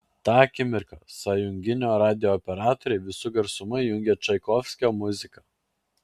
tą akimirką sąjunginio radijo operatoriai visu garsumu įjungė čaikovskio muziką